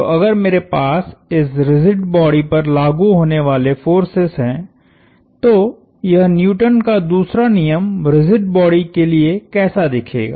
तो अगर मेरे पास इस रिजिड बॉडी पर लागु होने वाले फोर्सेस हैं तो यह न्यूटन का दूसरा नियम रिजिड बॉडी के लिए कैसा दिखेगा